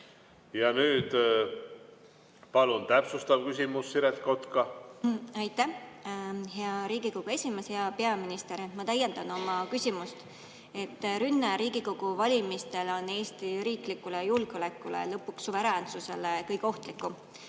Ja nüüd palun täpsustav küsimus, Siret Kotka! Aitäh, hea Riigikogu esimees! Hea peaminister! Ma täiendan oma küsimust. Rünne Riigikogu valimistel on Eesti riiklikule julgeolekule ja lõpuks suveräänsusele kõige ohtlikum.